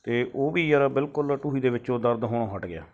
ਅਤੇ ਉਹ ਵੀ ਯਾਰ ਬਿਲਕੁਲ ਢੂਹੀ ਦੇ ਵਿੱਚੋਂ ਦਰਦ ਹੋਣੋ ਹੱਟ ਗਿਆ